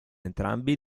entrambi